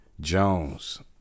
Jones